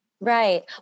Right